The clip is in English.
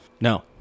No